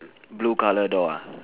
blue colour door ah